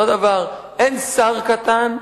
אותו הדבר: אין שר קטן,